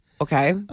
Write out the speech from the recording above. Okay